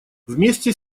вместе